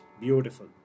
Beautiful